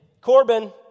Corbin